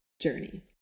journey